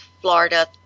Florida